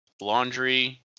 laundry